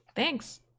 Thanks